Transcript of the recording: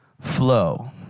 Flow